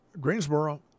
Greensboro